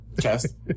chest